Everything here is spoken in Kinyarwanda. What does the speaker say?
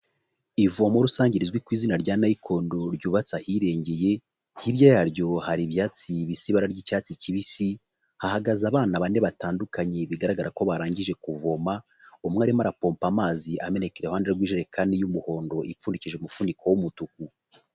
Ivomo rusange rizwi ku izina rya Nayikondo ryubatse ahirengeye, hirya yaryo hari ibyatsi bisa ibara ry'icyatsi kibisi, hahagaze abana bane batandukanye, bigaragara ko barangije kuvoma, umwe arimo arapompa amazi ameneka iruhande rw'ijerekani y'umuhondo ipfundikije umufuniko w'umutuku.